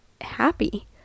happy